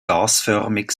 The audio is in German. gasförmig